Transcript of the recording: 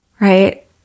right